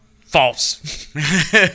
False